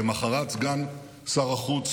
למוחרת סגן שר החוץ